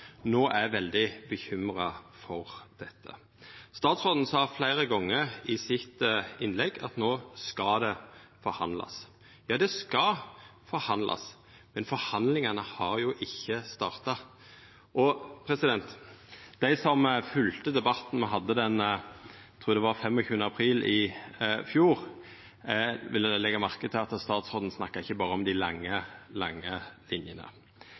er veldig bekymra for dette. Statsråden sa fleire gonger i innlegget sitt at no skal det forhandlast. Ja, det skal forhandlast – men forhandlingane har jo ikkje starta. Dei som følgde debatten me hadde – eg trur det det var 25. april – i fjor, vil ha lagt merke til at statsråden ikkje berre snakka om dei lange linjene.